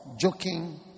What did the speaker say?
Joking